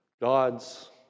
God's